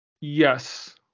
yes